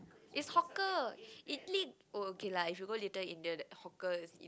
is hawker it l~ oh okay lah if you go Little-India that hawker is